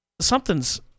Something's